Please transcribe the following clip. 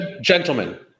Gentlemen